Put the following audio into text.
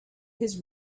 his